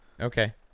Okay